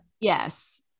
Yes